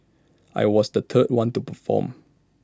I was the third one to perform